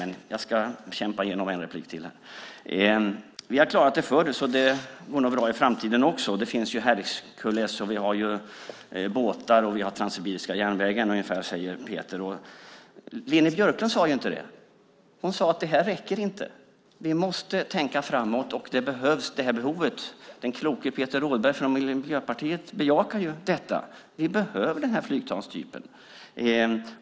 Jag ska kämpa mig igenom en replik till. Vi har klarat det förr, så det går nog bra i framtiden också. Det finns ju Hercules, vi har båtar och det finns Transsibiriska järnvägen, säger Peter ungefär. Leni Björklund sade inte det. Hon sade: Det här räcker inte. Vi måste tänka framåt, och det här behövs. Den kloke Peter Rådberg från Miljöpartiet bejakar detta. Vi behöver den här flygplanstypen.